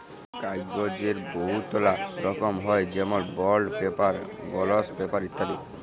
কাগ্যজের বহুতলা রকম হ্যয় যেমল বল্ড পেপার, গলস পেপার ইত্যাদি